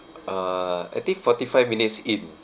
uh I think forty-five minutes in